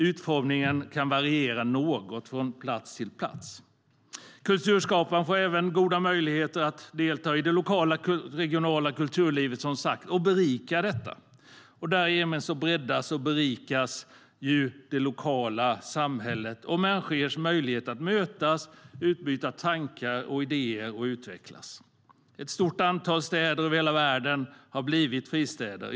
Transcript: Utformningen kan variera något från plats till plats. Kulturskaparen får även goda möjligheter att delta i det lokala och regionala kulturlivet och berika det. Därigenom breddas och berikas det lokala samhället, och människor ges möjlighet att mötas, utbyta tankar och idéer och utvecklas. Ett stort antal städer över hela världen har blivit fristäder.